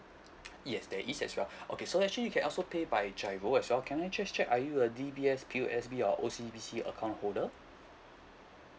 yes there is as well okay so actually you can also pay by giro as well can I just check are you a D_B_S P_O_S_B or O_C_B_C account holder